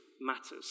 matters